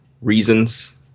reasons